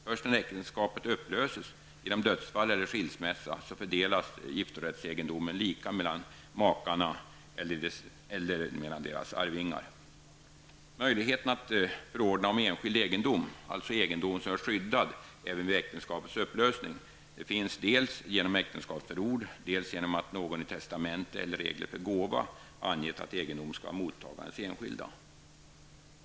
Först när äktenskapet upplöses -- genom dödsfall eller skilsmässa -- alltså egendom som är skyddad även vid äktenskapets upplösning -- finns dels genom äktenskapsförord, dels genom att någon i testamente eller regler för gåva angett att egendom skall vara mottagarens enskilda.